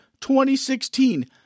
2016